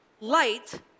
light